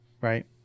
right